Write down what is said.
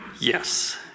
Yes